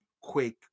quick